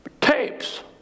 tapes